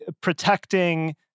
protecting